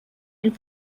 and